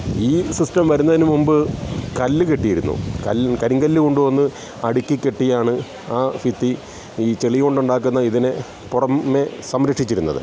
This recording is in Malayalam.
ഈ സിസ്റ്റം വരുന്നതിനുമുമ്പ് കല്ല് കെട്ടിയിരുന്നു കല്ല് കരിങ്കല്ല് കൊണ്ടുവന്ന് അടുക്കി കെട്ടിയാണ് ആ ഭിത്തി ഈ ചെളി കൊണ്ടുണ്ടാക്കുന്ന ഇതിനെ പുറമേ സംരക്ഷിച്ചിരുന്നത്